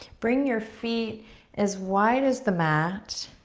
bring your feet as wide as the mat,